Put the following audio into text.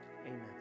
amen